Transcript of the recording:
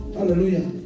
Hallelujah